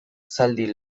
zaldi